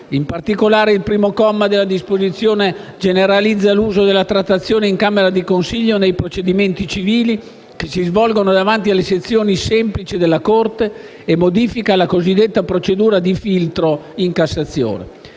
In particolare, il comma 1 della disposizione generalizza l'uso della trattazione in camera di consiglio nei procedimenti civili che si svolgono dinanzi alle sezioni semplici della Corte e modifica la procedura del cosiddetto filtro in Cassazione.